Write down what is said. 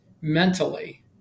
mentally